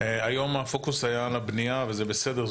היום הפוקוס היה על הבנייה וזה בסדר,